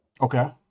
Okay